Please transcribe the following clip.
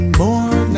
more